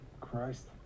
Christ